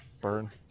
Burn